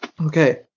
Okay